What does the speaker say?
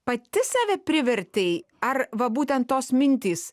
pati save privertei ar va būtent tos mintys